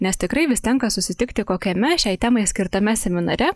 nes tikrai vis tenka susitikti kokiame šiai temai skirtame seminare